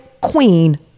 Queen